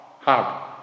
hard